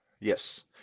Yes